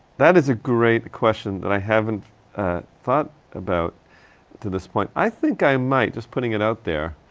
that is a great question that i haven't ah thought about to this point. i think i might, just putting it out there.